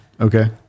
Okay